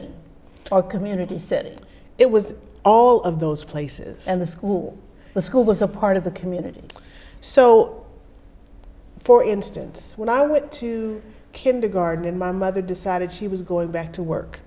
g our community said it it was all of those places and the school the school was a part of the community so for instance when i went to kindergarten and my mother decided she was going back to work